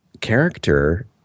character